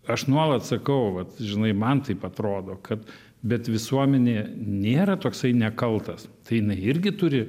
aš nuolat sakau vat žinai man taip atrodo kad bet visuomenė nėra toksai nekaltas tai jinai irgi turi